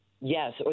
Yes